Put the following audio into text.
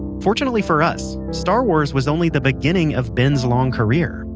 fortunately for us, star wars was only the beginning of ben's long career.